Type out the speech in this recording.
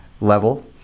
level